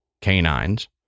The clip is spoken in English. canines